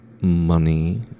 money